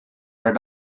per